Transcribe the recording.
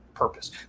purpose